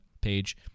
page